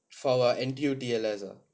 for our N_T_U T_S_L ah